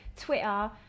Twitter